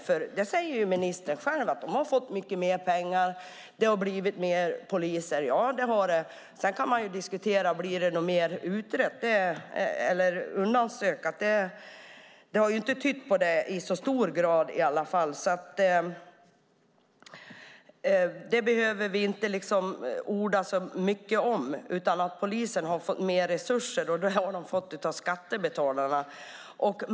Ministern säger ju själv att polisen har fått mycket mer pengar och att det har blivit mer poliser. Ja, det har det. Sedan kan man diskutera om det blir mer undanstökat. Inget har tytt på det, i alla fall inte i så stor grad. Det behöver vi inte orda så mycket om. Polisen har fått mer resurser, och det har de fått av skattebetalarna.